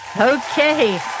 Okay